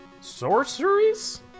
sorceries